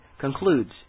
concludes